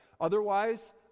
otherwise